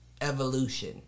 Evolution